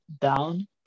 down